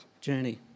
journey